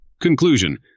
Conclusion